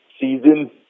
season